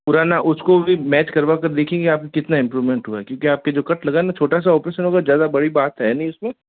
पुराना उसको भी मैच करवा कर देखेंगे आप में कितना इंप्रूवमेंट हुआ है क्योंकि आप के जो कट लगा है ना छोटा सा ऑपरेशन होगा ज़्यादा बड़ी बात है नहीं उस में